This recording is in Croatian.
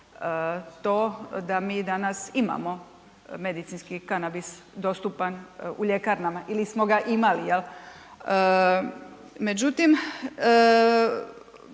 to da mi danas imamo medicinski kanabis dostupan u ljekarnama ili smo ga imali jel. Međutim